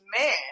man